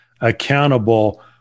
accountable